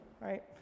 right